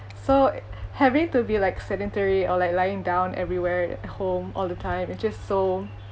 so having to be like sedentary or like lying down everywhere at home all the time is just so